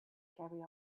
cherry